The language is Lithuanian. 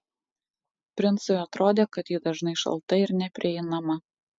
princui atrodė kad ji dažnai šalta ir neprieinama